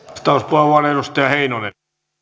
arvoisa herra